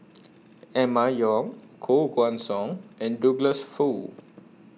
Emma Yong Koh Guan Song and Douglas Foo